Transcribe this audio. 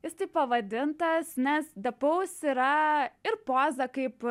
jis taip pavadintas nes de paus yra ir poza kaip